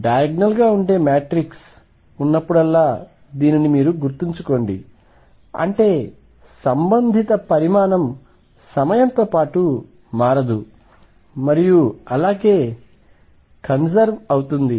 diagonal గా ఉండే matrix ఉన్నప్పుడల్లా దీనిని గుర్తుంచుకోండి అంటే సంబంధిత పరిమాణం సమయంతో పాటు మారదు మరియు అలాగే కన్సర్వ్ అవుతుంది